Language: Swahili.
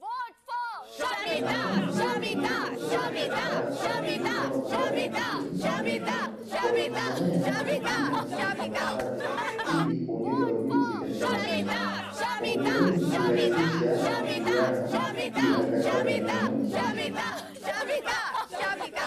Wanafunzi wa chuo wakiwa katika darasa lililopangwa madawati vizuri na wakijisomea kupitia kompyuta mpakato ili kuongeza ujuzi katika masomo yao, kompyuta hizi hurahisisha mawasiliano pia katika maeneo mengi ya chuo.